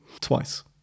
Twice